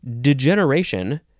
Degeneration